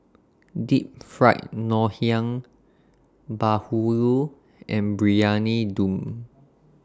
Deep Fried Ngoh Hiang Bahulu and Briyani Dum